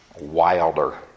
Wilder